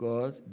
God